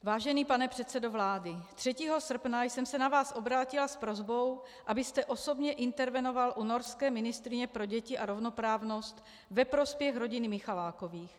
Vážený pane předsedo vlády, dne 3. srpna jsem se na vás obrátila s prosbou, abyste osobně intervenoval u norské ministryně pro děti a rovnoprávnost ve prospěch rodiny Michalákových.